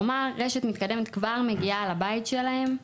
כלומר רשת מתקדמת כבר מגיעה לבית שלהם,